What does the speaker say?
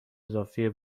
اضافه